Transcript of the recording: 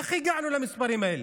איך הגענו למספרים האלה?